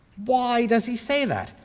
why does he say that?